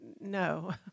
No